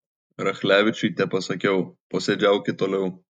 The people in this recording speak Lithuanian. rachlevičiui tepasakiau posėdžiaukit toliau